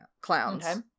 clowns